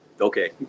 okay